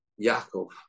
Yaakov